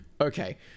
Okay